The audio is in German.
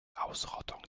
ausrottung